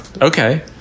okay